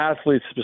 athletes